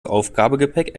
aufgabegepäck